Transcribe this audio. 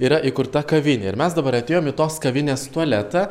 yra įkurta kavinė ir mes dabar atėjom į tos kavinės tualetą